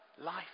Life